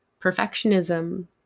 perfectionism